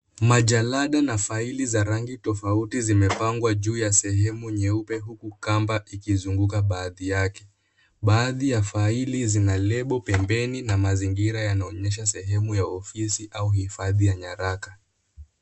Majalada na faili za rangi tofauti zimepangwa juu ya sehemu nyeupe ikizunguka baadhi yake. Baadhi ya faili zina label pembeni na mazingira inaonyesha sehemu ya ofisi au hifadhi ya nyaraka.